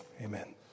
Amen